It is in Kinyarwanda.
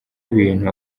ibintu